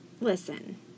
Listen